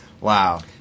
Wow